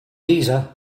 deezer